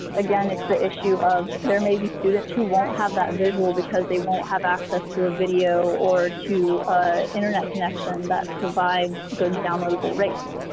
again, it's the issue of there may be students who won't have that visual because they won't have access to a video or to internet connection that provides good downloadable rates.